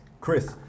Chris